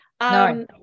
no